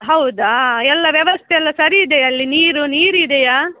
ಹೌದಾ ಎಲ್ಲ ವ್ಯವಸ್ಥೆಯೆಲ್ಲ ಸರಿಯಿದೆಯಾ ಅಲ್ಲಿ ನೀರು ನೀರು ಇದೆಯಾ